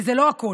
וזה לא הכול.